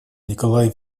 николай